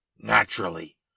naturally